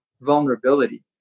vulnerability